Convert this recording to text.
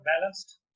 balanced